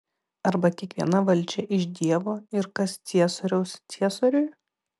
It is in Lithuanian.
arba kiekviena valdžia iš dievo ir kas ciesoriaus ciesoriui